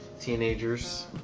teenagers